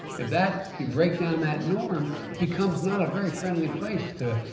if that, you break down that norm it becomes not a very friendly place to,